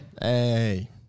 Hey